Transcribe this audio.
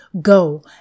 Go